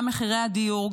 גם מחירי הדיור,